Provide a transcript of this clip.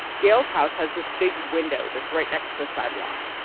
gayle's house has this big window that's right next to the sidewalk.